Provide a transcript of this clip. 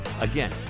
Again